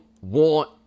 want